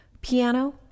piano